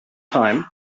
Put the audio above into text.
time